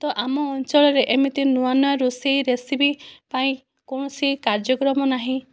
ତ ଆମ ଅଞ୍ଚଳରେ ଏମିତି ନୂଆ ନୂଆ ରୋଷେଇ ରେସିପି ପାଇଁ କୌଣସି କାର୍ଯ୍ୟକ୍ରମ ନାହିଁ